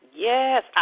Yes